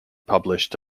published